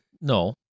No